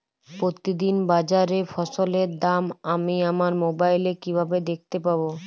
প্রতিদিন বাজারে ফসলের দাম আমি আমার মোবাইলে কিভাবে দেখতে পাব?